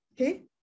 Okay